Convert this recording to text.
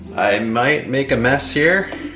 i might make a mess here.